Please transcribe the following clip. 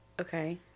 Okay